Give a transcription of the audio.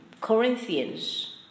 Corinthians